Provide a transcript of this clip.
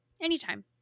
Anytime